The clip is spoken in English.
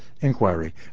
inquiry